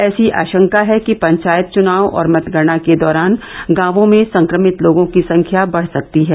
ऐसी आशंका हैं कि पंचायत चुनाव और मतगणना के दौरान गांवों में संक्रमित लोगों की संख्या बढ सकती है